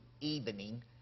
evening